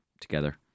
together